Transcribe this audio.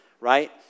right